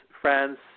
France